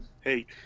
Hey